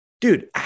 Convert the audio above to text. dude